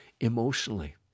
emotionally